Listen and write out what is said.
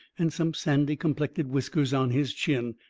and some sandy-complected whiskers on his chin.